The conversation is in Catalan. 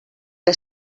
que